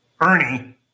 Ernie